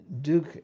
Duke